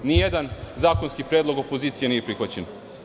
Nijedan zakonski predlog opozicije nije prihvaćen.